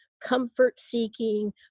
comfort-seeking